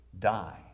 die